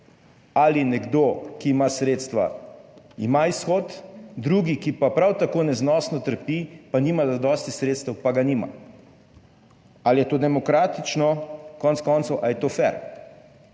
ali nekdo, ki ima sredstva, ima izhod, drugi, ki pa prav tako neznosno trpi, pa nima zadosti sredstev, pa ga nima? Ali je to demokratično? Konec koncev, ali je to fer?